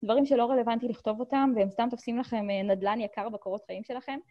דברים שלא רלוונטיים לכתוב אותם, והם סתם תופסים לכם נדלן יקר בקורות חיים שלכם.